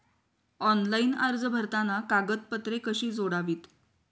Online अर्ज भरताना कागदपत्रे कशी जोडावीत?